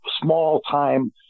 small-time